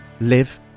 live